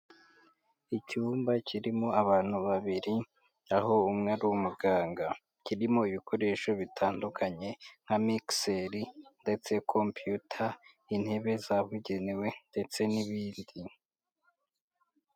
Icyumba kirimo abantu babiri aho umwe ari umuganga, kirimo ibikoresho bitandukanye nka migiseri ndetse kompiyuta, intebe zabugenewe ndetse n'ibindi.